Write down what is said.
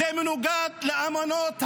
זה מנוגד לאמנות הבין-לאומיות.